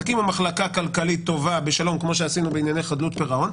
תקימו מחלקה כלכלית טובה בשלום כמו שעשינו בענייני חדלות פירעון,